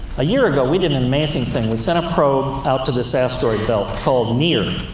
a year ago, we did an amazing thing. we sent a probe out to this asteroid belt, called near,